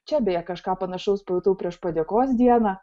čia beje kažką panašaus pajutau prieš padėkos dieną